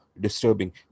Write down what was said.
disturbing